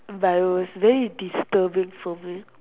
but it was very disturbing for me